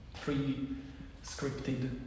pre-scripted